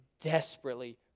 desperately